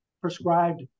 prescribed